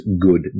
good